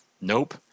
nope